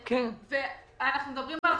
נובמבר.